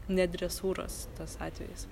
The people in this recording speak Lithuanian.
ne dresūros tas atvejis